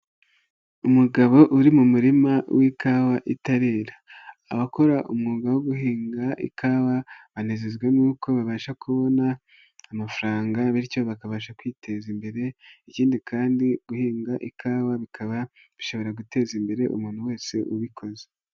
Umugabo uri mu murima w'ikawa itarera, abakora umwuga wo guhinga ikawa, banezezwa n'uko babasha kubona amafaranga, bityo bakabasha kwiteza imbere ,ikindi kandi guhinga ikawa bikaba bishobora guteza imbere umuntu wese ubikoze.